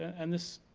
and this.